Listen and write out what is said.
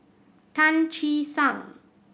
Tan Che Sang